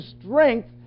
strength